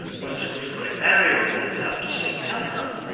whereas of course the great barrier reef is out to sea. how come?